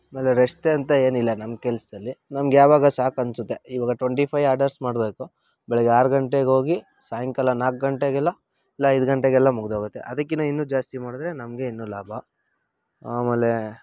ಆಮೇಲೆ ರೆಸ್ಟ್ ಅಂತ ಏನಿಲ್ಲ ನಮ್ಮ ಕೆಲ್ಸದಲ್ಲಿ ನಮ್ಗೆ ಯಾವಾಗ ಸಾಕು ಅನಿಸುತ್ತೆ ಇವಾಗ ಟ್ವೆಂಟಿ ಫೈ ಆರ್ಡರ್ಸ್ ಮಾಡಬೇಕು ಬೆಳಗ್ಗೆ ಆರು ಗಂಟೆಗೆ ಹೋಗಿ ಸಾಯಂಕಾಲ ನಾಲ್ಕು ಗಂಟೆಗೆಲ್ಲ ಇಲ್ಲ ಐದು ಗಂಟೆಗೆಲ್ಲ ಮುಗ್ದೋಗುತ್ತೆ ಅದಕ್ಕಿನ್ನ ಇನ್ನೂ ಜಾಸ್ತಿ ಮಾಡಿದ್ರೆ ನಮಗೆ ಇನ್ನೂ ಲಾಭ ಆಮೇಲೆ